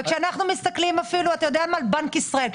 כשאנחנו מסתכלים אפילו על בנק ישראל,